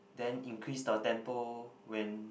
then increase the tempo when